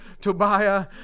Tobiah